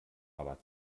aber